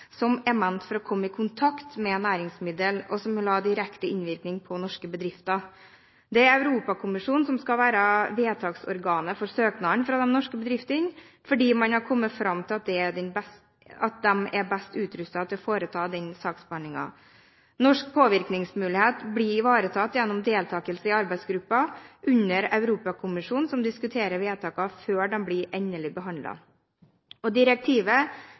som er ment for å komme i kontakt med næringsmiddel, og som vil ha direkte innvirkning på norske bedrifter. Det er Europakommisjonen som skal være vedtaksorganet for søknadene fra de norske bedriftene, fordi man har kommet fram til at de er best utrustet til å foreta den saksbehandlingen. Norsk påvirkningsmulighet blir ivaretatt gjennom deltakelse i arbeidsgruppen under Europakommisjonen, som diskuterer vedtakene før de blir endelig behandlet. Direktivet